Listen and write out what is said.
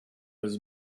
his